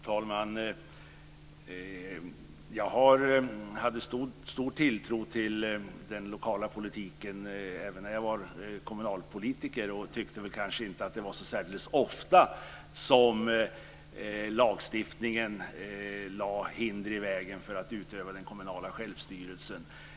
Fru talman! Jag hade stor tilltro till den lokala politiken även när jag var kommunalpolitiker. Det var inte särskilt ofta lagstiftningen lade hinder i vägen för att utöva den kommunala självstyrelsen.